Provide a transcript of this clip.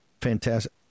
Fantastic